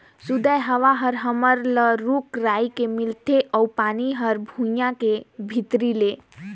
सुदय हवा हर हमन ल रूख राई के मिलथे अउ पानी हर भुइयां के भीतरी ले